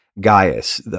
Gaius